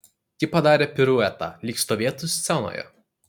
ji padarė piruetą lyg stovėtų scenoje